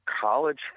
College